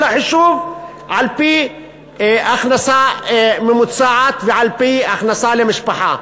אלא חישוב על-פי הכנסה ממוצעת ועל-פי הכנסה למשפחה.